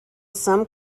some